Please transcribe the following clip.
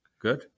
good